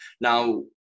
Now